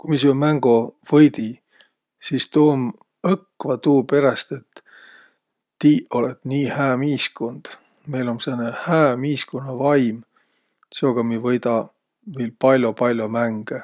Ku mi seo mängo võidi, sis tuu um õkva tuuperäst, et tiiq olõt nii hää miiskund! Meil um sääne hää miiskunnavaim. Seoga mi võida viil pall'o-pall'o mänge.